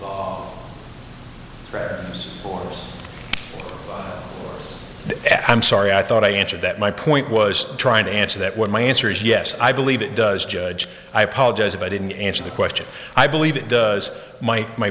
right or at i'm sorry i thought i answered that my point was trying to answer that what my answer is yes i believe it does judge i apologize if i didn't answer the question i believe it does m